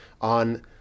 on